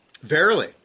Verily